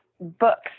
books